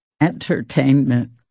entertainment